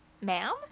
Ma'am